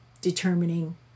determining